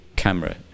camera